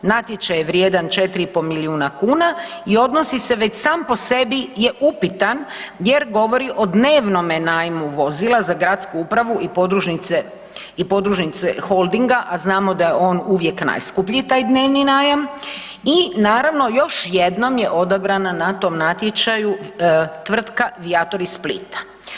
Natječaj je vrijedan 4,5 milijuna kuna i odnosi se, već sam po sebi je upitan jer govori o dnevnome najmu vozila za gradsku upravu i podružnice, i podružnice Holdinga, a znamo da je on uvijek najskuplji taj dnevni najam, i naravno još jednom je odabrana na tom natječaju tvrtka „Viator“ iz Splita.